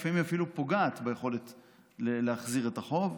לפעמים היא אפילו פוגעת ביכולת להחזיר את החוב.